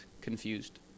confused